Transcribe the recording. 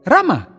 Rama